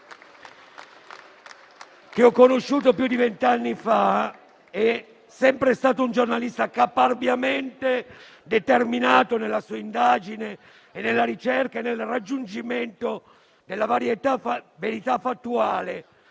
che ho conosciuto più di vent'anni fa, è sempre stato un giornalista caparbiamente determinato nella sua indagine, nella ricerca e nel raggiungimento della verità fattuale,